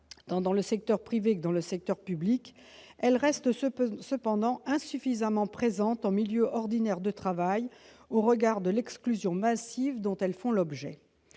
dans le secteur tant privé que public, elles restent cependant insuffisamment présentes en milieu ordinaire de travail, au regard de l'exclusion massive dont elles font l'objet.